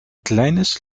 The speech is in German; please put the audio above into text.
kleines